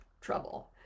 trouble